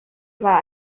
war